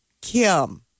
Kim